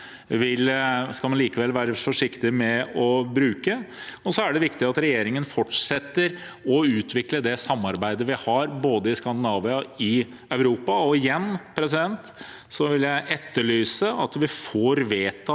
skal man likevel være forsiktig med å bruke. Så er det viktig at regjeringen fortsetter å utvikle det samarbeidet vi har både i Skandinavia og i Europa. Igjen vil jeg etterlyse at vi får vedtatt